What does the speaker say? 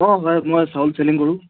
অঁ হয় মই চাউল চেলিং কৰোঁ